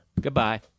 Goodbye